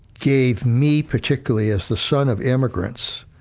gave, me particularly, as the son of immigrants,